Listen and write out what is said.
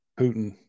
Putin